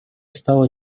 стала